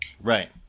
Right